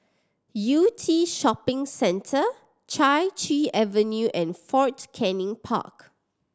Yew Tee Shopping Centre Chai Chee Avenue and Fort Canning Park